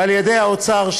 ועל-ידי האוצר,